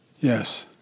yes